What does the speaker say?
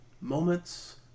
moments